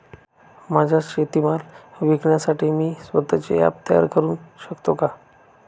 माझा शेतीमाल विकण्यासाठी मी स्वत:चे ॲप तयार करु शकतो का?